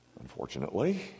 unfortunately